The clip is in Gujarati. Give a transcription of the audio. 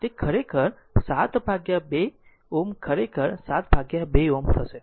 તે ખરેખર 7 ભાગ્યા ભાગ્યા 2 Ω ખરેખર 7 ભાગ્યા 2 Ω છે